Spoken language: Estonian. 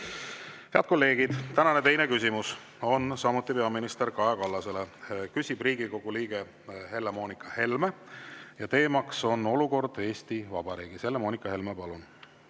Head kolleegid! Tänane teine küsimus on samuti peaminister Kaja Kallasele, küsib Riigikogu liige Helle-Moonika Helme ja teema on olukord Eesti Vabariigis. Helle-Moonika Helme, palun!